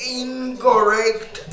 incorrect